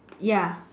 ya